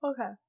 Okay